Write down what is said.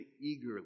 eagerly